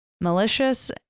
malicious